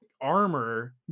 armor